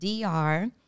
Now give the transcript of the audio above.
DR